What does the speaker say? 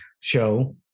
show